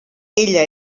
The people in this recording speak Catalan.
ella